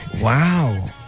Wow